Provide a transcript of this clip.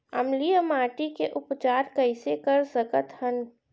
अम्लीय माटी के उपचार कइसे कर सकत हन?